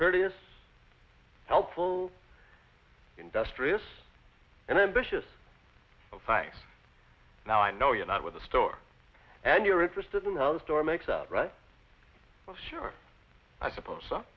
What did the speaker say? courteous helpful industrious and ambitious of five now i know you're not with the store and you're interested in how the store makes out right for sure i suppose so